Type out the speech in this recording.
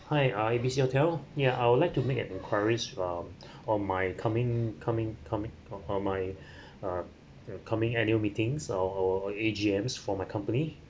hi ah A B C hotel ya I would like to make an enquiry about on my coming coming coming on my uh coming annual meetings or or A_G_M for my company